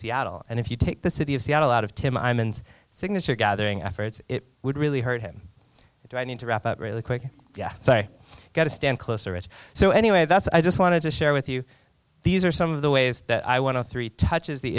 seattle and if you take the city of seattle out of tim iman's signature gathering efforts it would really hurt him do i need to wrap up really quick so i got to stand closer it so anyway that's i just wanted to share with you these are some of the ways that i want to three touches the